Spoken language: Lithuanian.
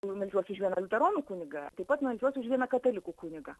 nu meldžiuos už vieną liuteronų kunigą taip pat meldžiuos už vieną katalikų kunigą